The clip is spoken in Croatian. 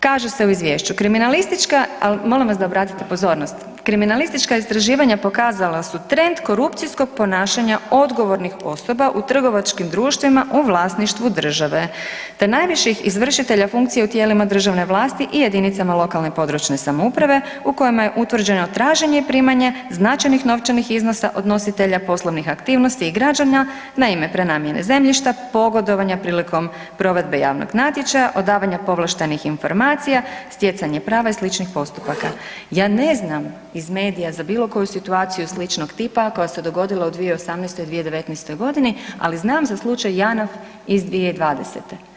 Kaže se u Izvješću: „Kriminalistička“ ali molim vas da obratite pozornost, „kriminalistička istraživanja pokazala su trend korupcijskog ponašanja odgovornih osoba u trgovačkim društvima u vlasništvu države te najviših izvršitelja funkcije u tijelima državna vlasti i jedinicama lokalne i područne samouprave u kojima je utvrđeno traženje i primanje značajnih novčanih iznosa od nositelja poslovnih aktivnosti i građana na ime prenamjene zemljišta, pogodovanja prilikom provedbe javnog natječaja, odavanja povlaštenih informacija, stjecanje prava i sličnih postupaka.“ Ja ne znam iz medija za bilo koju situaciju sličnog tipa a koja se dogodila u 2018., 2019. godini ali znam za slučaj Janaf iz 2020.